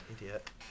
Idiot